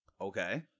Okay